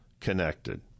connected